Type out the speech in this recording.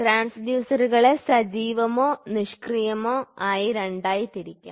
ട്രാൻഡ്യൂസറുകളെ സജീവമോ നിഷ്ക്രിയമോ ആയ രണ്ടായി തിരിക്കാം